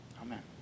Amen